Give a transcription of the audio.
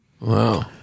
Wow